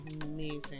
amazing